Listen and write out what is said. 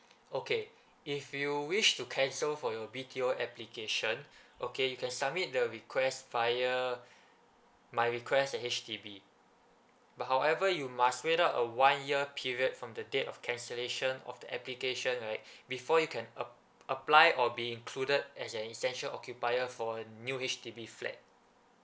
okay if you wish to cancel for your B_T_O application okay you can submit the request via my request at H_D_B but however you must wait out a one year period from the date of cancellation of the application right before you can ap~ apply or be included as an essential occupier for new H_D_B flat